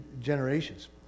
generations